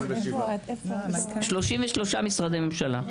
33 משרדי ממשלה.